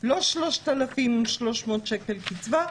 לא 3,300 שקל קצבה,